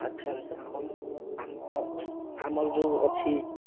ଆଚ୍ଛା ଆଚ୍ଛା ହେଉ ଆମର ଯେଉଁ ଅଛି